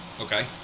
Okay